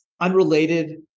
unrelated